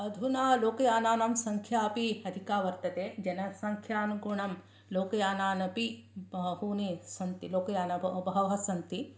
अधुना लोकयानानां संख्या अपि अधिका वर्तते जनसंख्यानुगुणं लोकयानानि अपि बहूनि सन्ति लोकयानं बहवः सन्ति